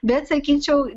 bet sakyčiau